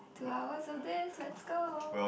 two hours of this let's go